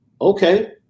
Okay